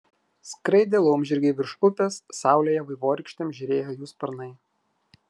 skraidė laumžirgiai virš upės saulėje vaivorykštėm žėrėjo jų sparnai